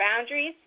boundaries